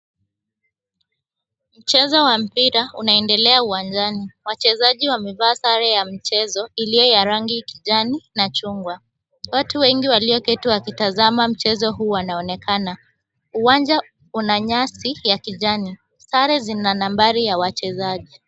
Mchezo wa mpira unaendelea uwanjani. Wachezaji wamevaa sare ya mchezo iliyo ya rangi kijani na chungwa. Watu wengi walioketi wakitzama mchezo huu wanaonekana. Uwanja una nyasi ya kijani. 𝑆are zina nambari ya wachezaji.